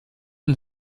und